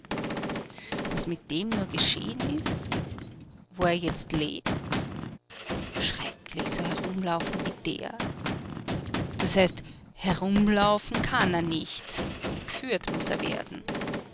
was mit dem nur geschehen ist wo er jetzt lebt schrecklich so herumlaufen wie der das heißt herumlaufen kann er nicht g'führt muß er werden